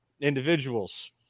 individuals